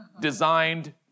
designed